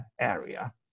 area